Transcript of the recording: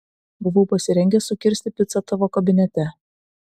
buvau pasirengęs sukirsti picą tavo kabinete